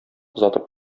озатып